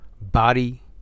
body